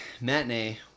matinee